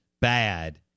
bad